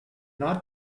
not